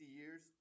years